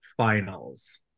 finals